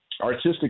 Artistic